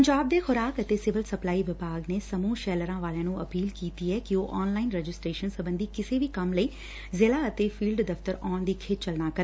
ਪੰਜਾਬ ਦੇ ਖੁਰਾਕ ਅਤੇ ਸਿਵਲ ਸਪਲਾਈ ਵਿਭਾਗ ਨੇ ਸਮੂਹ ਸ਼ੈਲਰਾਂ ਵਾਲਿਆਂ ਨੂੰ ਅਪੀਲ ਕੀਤੀ ਐ ਕਿ ਉਹ ਆਨਲਾਈਨ ਰਜਿਸਟਰੇਸ਼ਨ ਸਬੰਧੀ ਕਿਸੇ ਵੀ ਕੰਮ ਲਈ ਜ਼ਿਲੁਾ ਅਤੇ ਫੀਲਡ ਦਫ਼ਤਰ ਆਉਣ ਦੀ ਖੇਚਲ ਨਾ ਕਰਨ